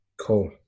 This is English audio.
Cool